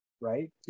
Right